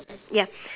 ya